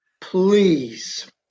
Please